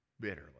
bitterly